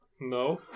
No